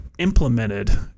implemented